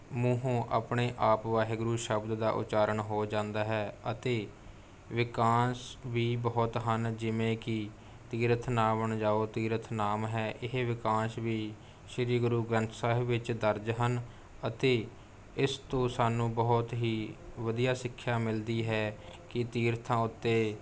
ਮੂੰਹੋਂ ਆਪਣੇ ਆਪ ਵਾਹਿਗੁਰੂ ਸ਼ਬਦ ਦਾ ਉਚਾਰਣ ਹੋ ਜਾਂਦਾ ਹੈ ਅਤੇ ਵਾਕੰਸ਼ ਵੀ ਬਹੁਤ ਹਨ ਜਿਵੇਂ ਕਿ ਤੀਰਥ ਨਾਵਣ ਜਾਓ ਤੀਰਥ ਨਾਮ ਹੈ ਇਹ ਵਾਕੰਸ਼ ਵੀ ਸ਼੍ਰੀ ਗੁਰੂ ਗ੍ਰੰਥ ਸਾਹਿਬ ਵਿੱਚ ਦਰਜ ਹਨ ਅਤੇ ਇਸ ਤੋਂ ਸਾਨੂੰ ਬਹੁਤ ਹੀ ਵਧੀਆ ਸਿੱਖਿਆ ਮਿਲਦੀ ਹੈ ਕਿ ਤੀਰਥਾਂ ਉੱਤੇ